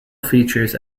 features